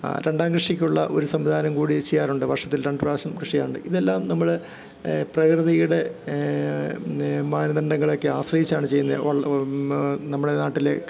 രണ്ടാം കൃഷിക്കുള്ള ഒരു സംവിധാനം കൂടി ചെയ്യാറുണ്ട് വർഷത്തിൽ രണ്ടു പ്രാവശ്യം കൃഷി ചെയ്യാറുണ്ട് ഇതെല്ലാം നമ്മള് പ്രകൃതിയുടെ മാനദണ്ഡങ്ങളെയെക്കെ ആശ്രയിച്ചാണ് ചെയ്യ്ന്നേ നമ്മളെ നാട്ടിലെ